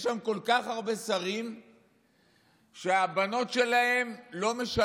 יש שם כל כך הרבה שרים שהבנות שלהם וגם